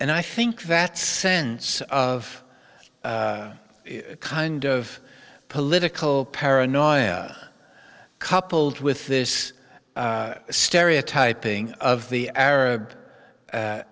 and i think that sense of kind of political paranoia coupled with this stereotyping of the arab a